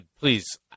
please